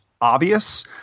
obvious